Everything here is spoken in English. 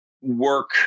work